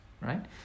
right